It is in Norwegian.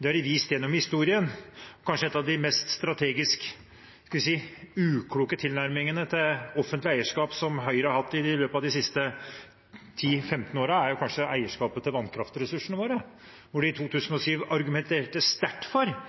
Det har de vist gjennom historien. En av de strategisk mest ukloke tilnærmingene til offentlig eierskap Høyre har hatt i løpet av de siste ti–femten årene, er kanskje eierskapet til vannkraftressursene våre, der de i 2007 argumenterte sterkt for